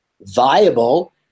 viable